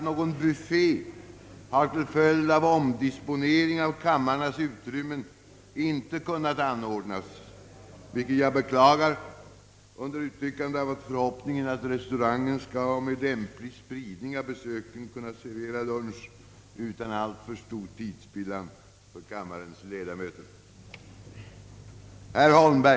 Någon buffé har till följd av omdispositionen av kammarens utrymmen ej kunnat anordnas i dag, vilket jag vill beklaga under uttryckande av förhoppningen att restaurangen skall, med lämplig spridning av besöken, kunna servera lunch utan alltför stor tidsspillan för kammarens ledamöter.